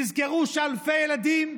תזכרו שאלפי ילדים,